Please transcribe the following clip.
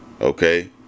okay